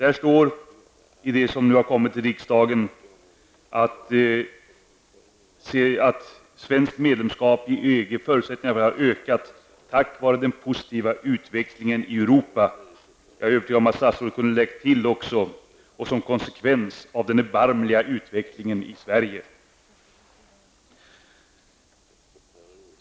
I skrivelsen till riksdagen står det att förutsättningarna för svenskt medlemskap i EG har ökat, tack vare den positiva utvecklingen i Europa. Jag är övertygad om att statsrådet kunde ha lagt till: och som konsekvens av den erbarmliga utvecklingen i Sverige.